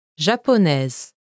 japonaise